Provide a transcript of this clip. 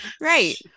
right